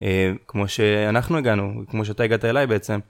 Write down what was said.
כמו שאנחנו הגענו כמו שאתה הגעת אליי בעצם.